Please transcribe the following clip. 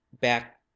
back